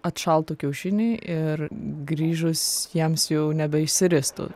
atšaltų kiaušiniai ir grįžus jiems jau nebeišsiristų